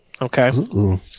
Okay